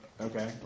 Okay